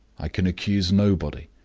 i can accuse nobody.